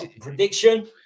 prediction